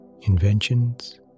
inventions